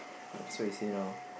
so you say now